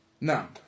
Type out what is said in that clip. Now